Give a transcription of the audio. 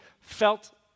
felt